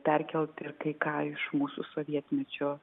perkelt ir kai ką iš mūsų sovietmečio